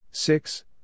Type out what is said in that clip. Six